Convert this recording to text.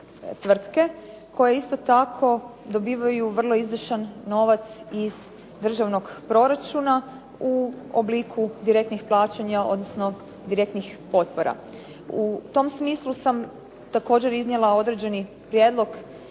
koje isto tako dobivaju vrlo izdašan novac iz državnog proračuna u obliku direktnih plaćanja, odnosno direktnih potpora. U tom smislu sam također iznijela određeni prijedlog